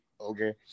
Okay